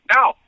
Now